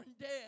dead